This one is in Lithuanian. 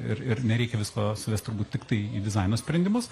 ir ir nereikia visko suvest turbūt tiktai į dizaino sprendimus